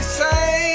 say